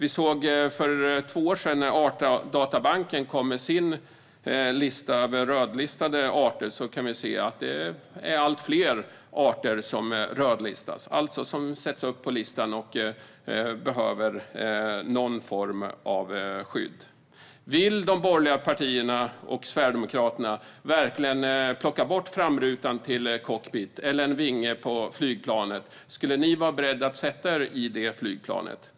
I Artdatabankens lista över rödlistade arter, som kom för två år sedan, kan vi se att det är allt fler arter som rödlistats och behöver någon form av skydd. Skulle ni borgerliga partier och Sverigedemokraterna verkligen plocka bort framrutan i cockpit eller en vinge på flygplanet och sedan vara beredda att sätta er i flygplanet?